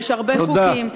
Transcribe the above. יש הרבה חוקים.